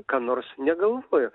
ką nors negalvojo